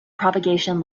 propagation